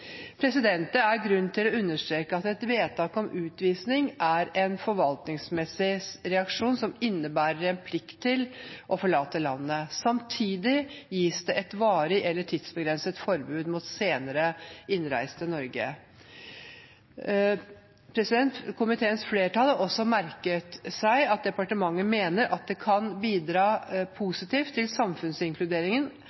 Det er grunn til å understreke at et vedtak om utvisning er en forvaltningsmessig reaksjon som innebærer en plikt til å forlate landet. Samtidig gis det et varig eller tidsbegrenset forbud mot senere innreise til Norge. Komiteens flertall har også merket seg at departementet mener at det kan bidra positivt til samfunnsinkluderingen